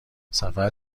سفر